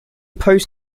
post